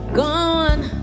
gone